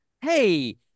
hey